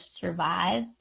survive